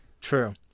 true